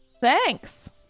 Thanks